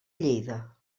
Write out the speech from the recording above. lleida